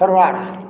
forward